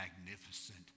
magnificent